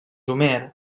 homer